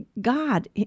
God